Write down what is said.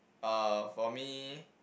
uh for me